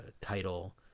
title